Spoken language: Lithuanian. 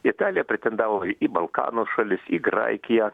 italiją pretendavo į balkanų šalis į graikiją